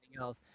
else